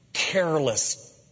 careless